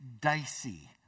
dicey